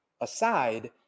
aside